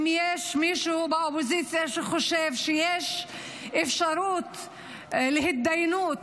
אם יש מישהו באופוזיציה שחושב שיש אפשרות להתדיינות